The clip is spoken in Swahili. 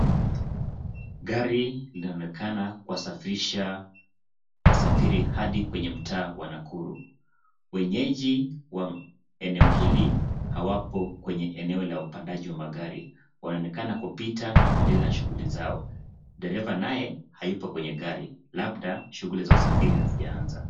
Gari linaonekana kuwasafirisha wasafiri hadi kwenye mtaa wa Nakuru. Wenyeji wa eneo hili hawapo kwenye upandaji wa magari. Wanaonekana kupita na kuendelea na shughuli zao. Dereva naye hayupo kwenye gari, labda shughuli za usafiri hazijaanza.